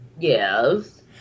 Yes